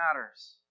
matters